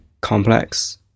complex